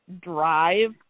drive